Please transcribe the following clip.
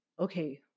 okay